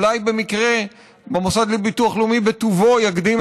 אולי במקרה המוסד לביטוח לאומי בטובו יקדים